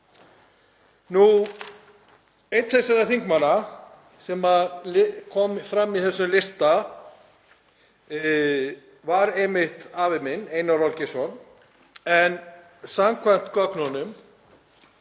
Einn þessara þingmanna sem komu fram á þessum lista var einmitt afi minn, Einar Olgeirsson, en samkvæmt gögnunum